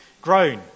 grown